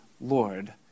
Lord